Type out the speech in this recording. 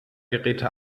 geräte